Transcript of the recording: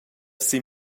sin